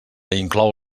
inclou